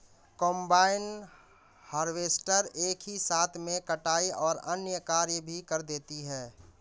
combine harvester एक ही साथ में कटाई और अन्य कार्य भी कर देती है